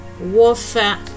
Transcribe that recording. warfare